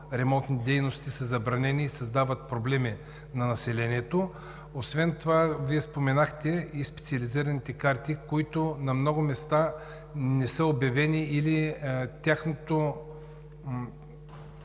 дейности са забранени и създават проблеми на населението. Освен това Вие споменахте и за специализираните карти, които на много места не са обявени или